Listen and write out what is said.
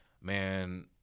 man